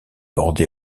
bordée